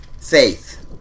Faith